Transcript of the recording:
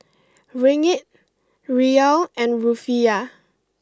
Ringgit Riyal and Rufiyaa